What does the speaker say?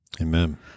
Amen